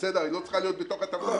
היא לא צריכה להיות בתוך הטבלה.